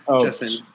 Justin